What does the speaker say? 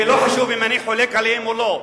ולא משנה אם אני חולק עליהן או לא,